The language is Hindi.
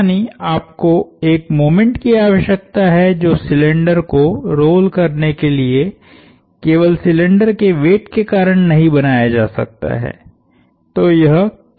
यानी आपको एक मोमेंट की आवश्यकता है जो सिलिंडर को रोल करने के लिए केवल सिलिंडर के वेट के कारण नहीं बनाया जा सकता है